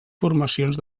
formacions